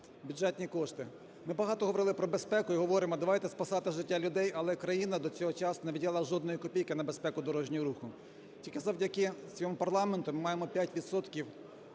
Бюджетні кошти. Ми багато говорили про безпеку і говоримо: давайте спасати життя людей. Але країна до цього часу не виділяла жодної копійки на безпеку дорожнього руху. Тільки завдяки цьому парламенту ми маємо 5